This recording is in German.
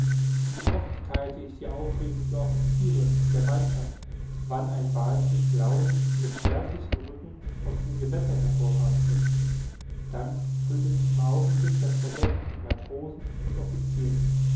wie oft theilte ich die aufregung der officiere der mannschaft wann ein wallfisch launisch mit schwärzlichem rücken aus dem gewässer hervorragte dann füllte sich im augenblick das verdeck mit matrosen und officieren